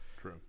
True